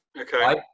okay